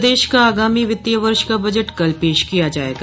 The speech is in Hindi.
प्रदेश का आगामी वित्तीय वर्ष का बजट कल पेश किया जाएगा